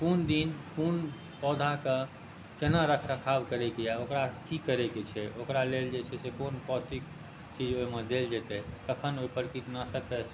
कोन दिन कोन पौधाके कोना रखरखाव करैके हइ ओकरा की करैके छै ओकरा लेल जे छै कोन पौष्टिक चीज ओहिमे देल जेतै कखन ओहिपर कीटनाशकके